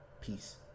Peace